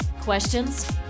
Questions